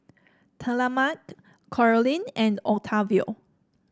Talmadge Caroline and Octavio